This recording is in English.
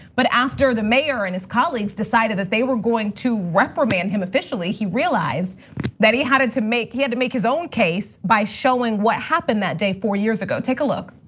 but after the mayor and his colleagues decided that they were going to reprimand him officially he realized that he had to make, he had to make his own case by showing what happened that day four years ago. take a look.